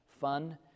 fun